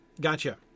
gotcha